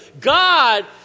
God